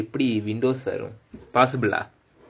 imac எப்படி:eppadi windows வரும்:varum possible ah